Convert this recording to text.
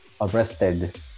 arrested